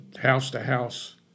house-to-house